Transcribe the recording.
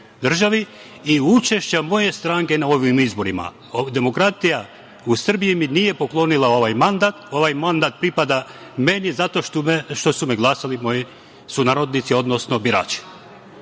državi i učešća moje stranke na ovim izborima. Demokratija u Srbiji mi nije poklonila mandat. Ovaj mandat pripada meni zato što su me glasali moji sunarodnici, odnosno birači.